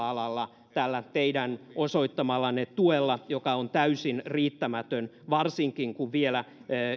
alalla tällä teidän osoittamallanne tuella joka on täysin riittämätön varsinkin kun vielä